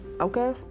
okay